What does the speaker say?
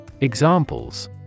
Examples